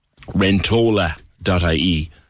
rentola.ie